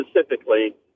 specifically